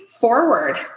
forward